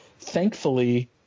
Thankfully